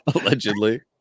allegedly